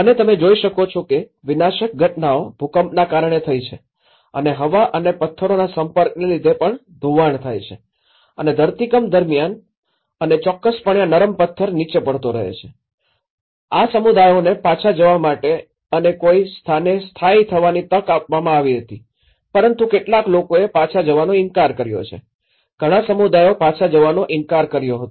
અને તમે જોઈ શકો છો કે વિનાશક ઘટનાઓ ભૂકંપના કારણે થઈ છે અને હવા અને પથ્થરોના સંપર્કને લીધે પણ ધોવાણ થાય છે અને ધરતીકંપ દરમિયાન અને ચોક્કસપણે આ નરમ પથ્થર નીચે પડતો રહે છે આ સમુદાયોને પાછા જવા માટે અને કોઈ સ્થાને સ્થાયી થવાની તક આપવામાં આવી હતી પરંતુ કેટલાક લોકોએ પાછા જવાનો ઇનકાર કર્યો છે ઘણા સમુદાયોએ પાછા જવાનો ઇનકાર કર્યો હતો